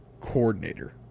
coordinator